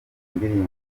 indirimbo